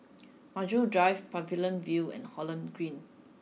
Maju Drive Pavilion View and Holland Green